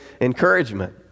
encouragement